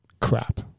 crap